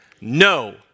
no